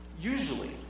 Usually